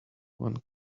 when